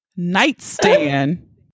nightstand